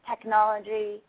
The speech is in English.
technology